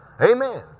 Amen